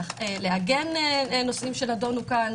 להגן על נושאים שנדונו פה,